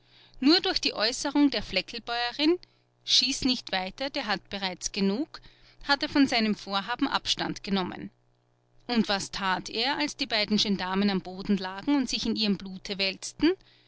nur durch die äußerung der flecklbäuerin schieß nicht weiter der hat bereits genug hat er von seinem vorhaben abstand genommen und was tat er als die beiden gendarmen am boden lagen und sich in ihrem blute wälzten